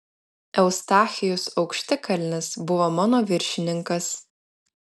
eustachijus aukštikalnis buvo mano viršininkas